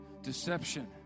deception